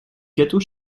gâteau